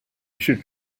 should